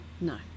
no